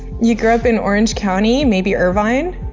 you grew up in orange county, maybe irvine.